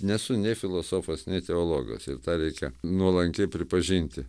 nesu nei filosofas nei teologas ir tą reikia nuolankiai pripažinti